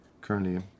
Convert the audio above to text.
currently